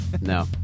No